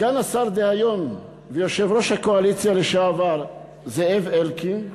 סגן השר דהיום ויושב-ראש הקואליציה לשעבר זאב אלקין,